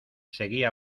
seguía